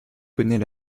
connaît